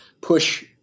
push